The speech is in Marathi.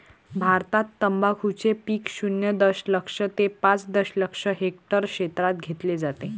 भारतात तंबाखूचे पीक शून्य दशलक्ष ते पाच दशलक्ष हेक्टर क्षेत्रात घेतले जाते